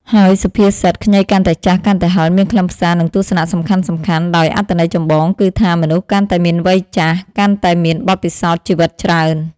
ហើយសុភាសិត ខ្ញីកាន់តែចាស់ កាន់តែហឹរ មានខ្លឹមសារ និងទស្សនៈសំខាន់ៗដោយ អត្ថន័យចម្បងគឺថា មនុស្សកាន់តែមានវ័យចាស់ កាន់តែមានបទពិសោធន៍ជីវិតច្រើន។